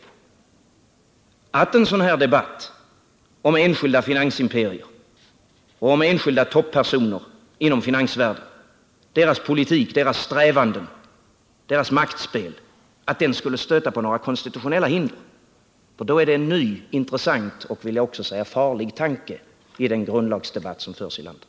Anser Erik Huss att en sådan här debatt om enskilda finansimperier, om enskilda toppersoner inom finansvärlden och deras politik, strävanden och maktspel stöter på några konstitutionella hinder? Då är det en ny, intressant och, vill jag säga, farlig tanke i den grundlagsdebatt som förs i landet.